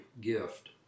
gift